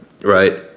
right